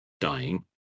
dying